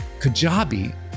Kajabi